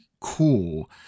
cool